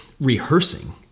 rehearsing